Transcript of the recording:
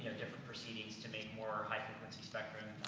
ah different proceedings to make more high-frequency spectrum,